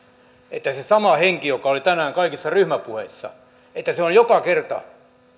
että se sama henki joka oli tänään kaikissa ryhmäpuheissa on joka kerta